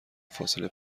فاصله